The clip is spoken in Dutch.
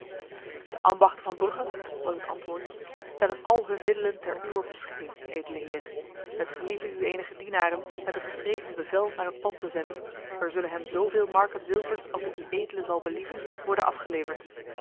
de ambachten van brugge was het antwoord stellen al hun middelen ter uwer beschikking edele heer het gelieve u enige dienaren met een geschreven bevel naar het pand te zenden er zullen hem zo veel marken zilvers als het uedele zal believen worden afgeleverd